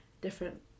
different